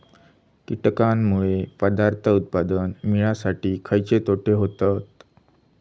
कीटकांनमुळे पदार्थ उत्पादन मिळासाठी खयचे तोटे होतत?